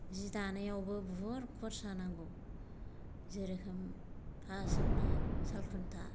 जि दानायावबो बुहुद खरसा नांगौ जेरखम फासावनो सालखुन्था